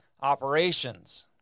operations